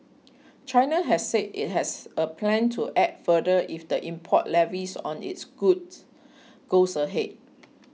China has said it has a plan to act further if the import levies on its goods goes ahead